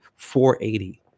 480